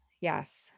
Yes